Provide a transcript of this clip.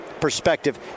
perspective